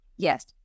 Yes